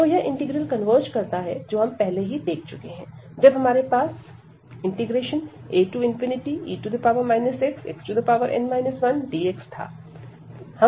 तो यह integral converge करता है जो हम पहले ही देख चुके हैं जब हमारे पास ae xxn 1dx था